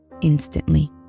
instantly